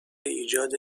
ایجاد